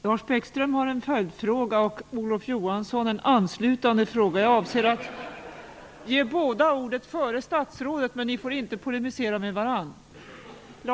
Lars Bäckström har en följdfråga och Olof Johansson en anslutande fråga. Jag avser att ge båda ordet före statsrådet, men ni får inte polemisera med varandra.